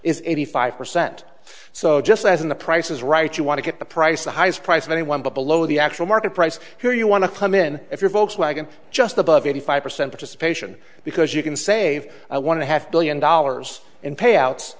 is eighty five percent so just as in the price is right you want to get the price the highest price of anyone but below the actual market price here you want to come in if you're volkswagen just above eighty five percent of suspicion because you can save i want to have billion dollars in payout